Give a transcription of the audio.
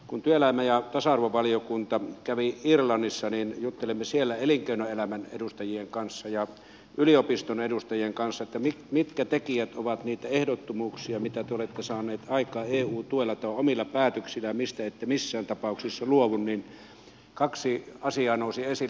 kun työelämä ja tasa arvovaliokunta kävi irlannissa niin juttelimme siellä elinkeinoelämän edustajien kanssa ja yliopiston edustajien kanssa että mitkä tekijät ovat niitä ehdottomuuksia mitä te olette saaneet aikaan eun tuella tai omilla päätöksillä ja mistä ette missään tapauksessa luovu ja kaksi asiaa nousi esille